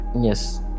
Yes